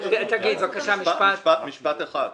משפט אחד.